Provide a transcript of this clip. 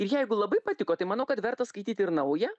ir jeigu labai patiko tai manau kad verta skaityti ir naują